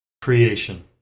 creation